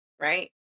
right